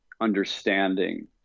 understanding